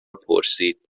پرسید